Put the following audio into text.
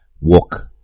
walk